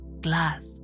glass